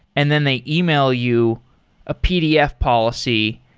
and then they email you a pdf policy,